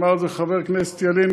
אמר את זה חבר הכנסת ילין,